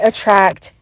attract